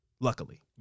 luckily